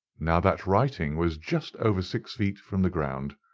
now that writing was just over six feet from the ground.